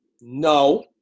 No